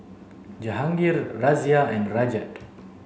Jehangirr Razia and Rajat